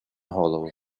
голову